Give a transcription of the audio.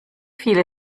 viele